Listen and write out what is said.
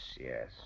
yes